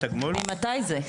ממתי זה?